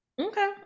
okay